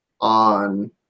on